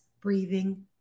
breathing